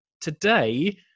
today